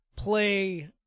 play